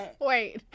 Wait